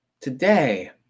Today